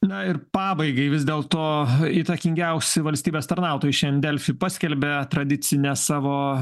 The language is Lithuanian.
na ir pabaigai vis dėl to įtakingiausi valstybės tarnautojai šian delfy paskelbė tradicinę savo